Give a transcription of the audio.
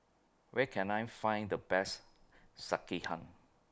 Where Can I Find The Best Sekihan